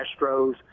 Astros